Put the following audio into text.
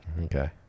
okay